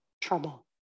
trouble